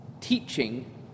teaching